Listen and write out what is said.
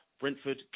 Brentford